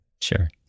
Sure